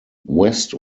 west